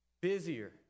Busier